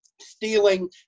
stealing